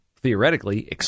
theoretically